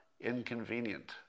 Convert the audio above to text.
inconvenient